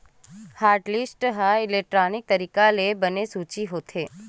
hotlist ह electronic तरीका ले बने सूची होथे